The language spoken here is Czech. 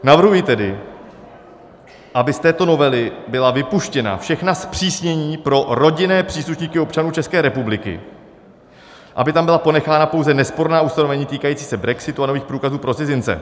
Navrhuji tedy, aby z této novely byla vypuštěna všechna zpřísnění pro rodinné příslušníky občanů České republiky, aby tam byla ponechána pouze nesporná ustanovení týkající se brexitu a nových průkazů pro cizince.